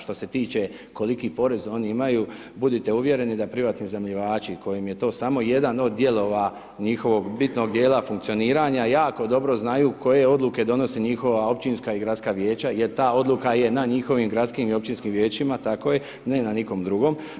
Što se tiče koliki porez oni imaju, budite uvjereni da privatni iznajmljivači kojim je to samo jedan od dijelova njihovog bitnog dijela funkcioniranja, jako dobro znaju koje Odluke donosi njihova općinska i gradska vijeća, jer ta Odluka je na njihovim gradskim i općinskim vijećima, tako je, ne na nikom drugom.